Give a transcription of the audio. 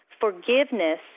Forgiveness